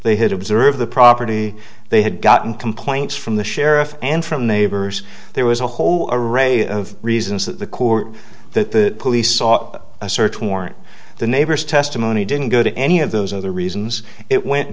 they had observed the property they had gotten complaints from the sheriff and from neighbors there was a whole array of reasons that the court that the police ought a search warrant the neighbors testimony didn't go to any of those other reasons it went